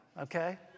okay